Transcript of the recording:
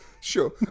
Sure